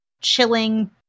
chilling